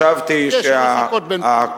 יש לחכות בין זמן לזמן.